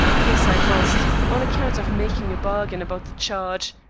yes, i must, on account of making a bargain about the charge.